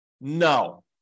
No